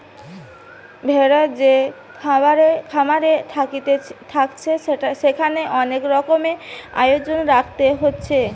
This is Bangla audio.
ভেড়া যে খামারে থাকছে সেখানে অনেক রকমের আয়োজন রাখতে হচ্ছে